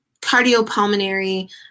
cardiopulmonary